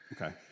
Okay